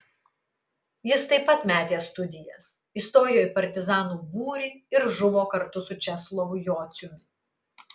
jis taip pat metė studijas įstojo į partizanų būrį ir žuvo kartu su česlovu jociumi